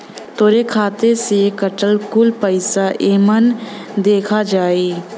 तोहरे खाते से कटल कुल पइसा एमन देखा जाई